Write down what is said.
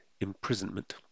imprisonment